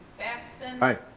batson. i.